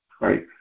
right